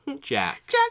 Jack